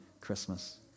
Christmas